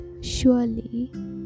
surely